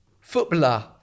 footballer